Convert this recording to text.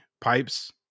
pipes